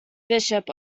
bishop